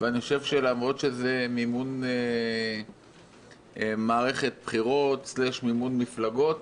למרות שזה מימון מערכת בחירות/ מימון מפלגות,